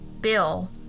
Bill